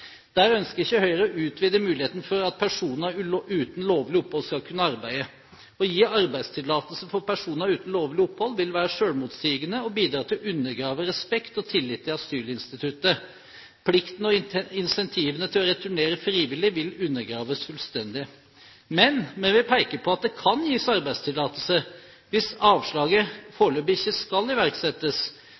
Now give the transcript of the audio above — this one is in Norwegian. ønsker ikke å utvide muligheten for at personer uten lovlig opphold skal kunne arbeide. Å gi arbeidstillatelse for personer uten lovlig opphold vil være selvmotsigende og bidra til å undergrave respekt og tillit til asylinstituttet. Plikten og incentivene til å returnere frivillig ville undergraves fullstendig. Men vi vil peke på at det kan gis arbeidstillatelse hvis avslaget foreløpig ikke skal iverksettes.